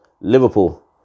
Liverpool